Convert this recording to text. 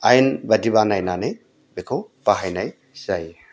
आयेनबादि बानायनानै बेखौ बाहायनाय जायो